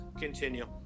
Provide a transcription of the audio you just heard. continue